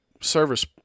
service